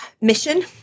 mission